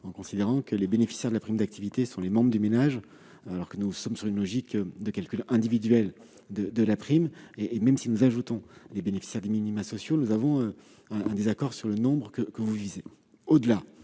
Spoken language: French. en considérant que les bénéficiaires de la prime d'activité sont les membres du ménage, alors que nous sommes sur une logique de calcul individuel de la prime. Même si nous ajoutons les bénéficiaires des minima sociaux, nous avons un désaccord sur ce chiffre. Au-delà,